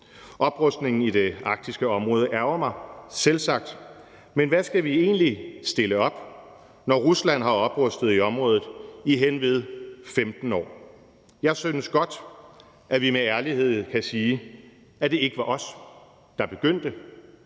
Oprustningen i det arktiske område ærgrer mig selvsagt, men hvad skal vi egentlig stille op, når Rusland har oprustet i området i hen ved 15 år? Jeg synes godt, at vi med ærlighed kan sige, at det ikke var os, der begyndte,